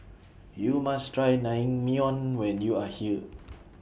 YOU must Try Naengmyeon when YOU Are here